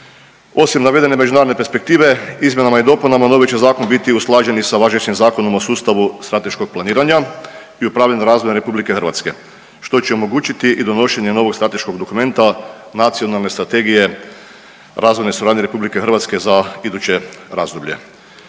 Osim navedene međunarodne perspektive, izmjenama i dopunama novi će zakon biti usklađen i sa važećim Zakonom o sustavu strateškog planiranja i upravljanja razvojem RH, što će omogućiti i donošenje novog strateškog dokumenta Nacionalne strategije razvojne suradnje RH za iduće razdoblje.